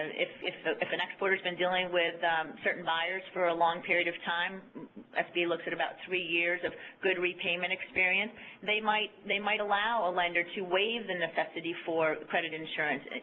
and if if so an exporter's been dealing with certain buyers for a long period of time sba looks at about three years of good repayment experience they might they might allow a lender to waive the necessity for credit insurance.